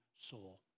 soul